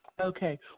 Okay